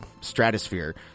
stratosphere